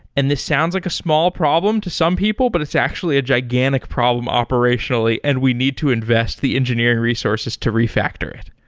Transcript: and this sounds like a small problem to some people, but it's actually a gigantic problem operationally, and we need to invest the engineering resources to refactor it.